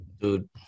Dude